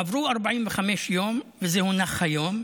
עברו 45 יום, וזה הונח היום,